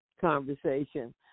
conversation